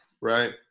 right